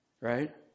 Right